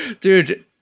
dude